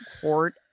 court